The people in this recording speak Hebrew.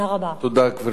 תודה, גברתי.